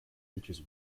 features